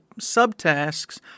subtasks